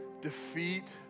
defeat